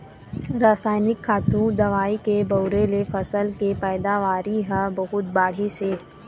रसइनिक खातू, दवई के बउरे ले फसल के पइदावारी ह बहुत बाढ़िस हे